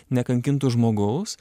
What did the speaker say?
nekankintų žmogaus